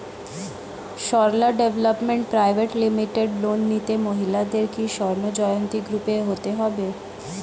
Sarala development private limited loan নিতে মহিলাদের কি স্বর্ণ জয়ন্তী গ্রুপে হতে হবে?